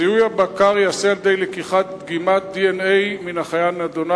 זיהוי הבקר ייעשה על-ידי לקיחת דגימת DNA מן החיה הנדונה